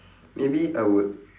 maybe I would